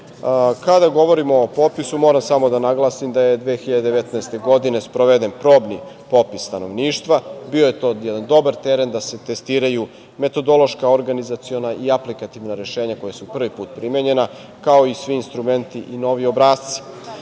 govorimo o popisu, moram samo da naglasim da je 2019. godine, sproveden probni popis stanovništva, bio je to jedan dobar teren da se testiraju metodološka organizaciona i aplikativna rešenja, koja su prvi put primenjena, kao i svi instrumenti i novi obrasci.U